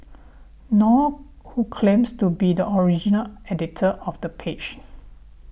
nor who claims to be the original editor of the page